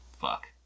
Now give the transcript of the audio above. Fuck